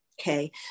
okay